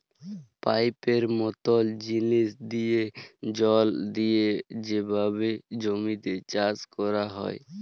পাইপের মতল জিলিস দিঁয়ে জল দিঁয়ে যেভাবে জমিতে চাষ ক্যরা হ্যয়